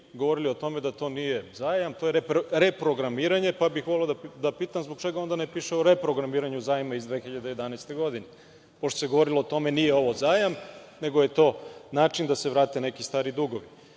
govorili o tome da to nije zajam, to je reprogramiranje, pa bih voleo da pitam - zbog čega onda ne piše o reprogramiranju zajma iz 2011. godine? Pošto se govorilo o tome, nije ovo zajam, nego je to način da se vrate neki stari dugovi. Ono